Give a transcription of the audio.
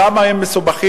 כמה הם מסובכים,